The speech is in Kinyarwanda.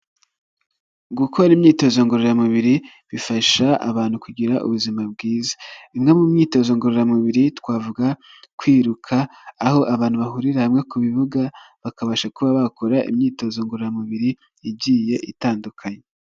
Gukora imyitozo ngororamubiri bifasha abantu kugira ubuzima bwiza, imwe mu myitozo ngororamubiri twavuga kwiruka aho abantu bahurira hamwe ku bibuga bakabasha kuba bakora imyitozo ngororamubiri igiye itandukanye.